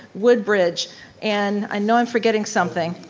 woodbridge and i know i'm forgetting something.